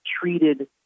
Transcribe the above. treated